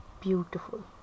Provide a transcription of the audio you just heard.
beautiful